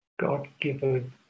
God-given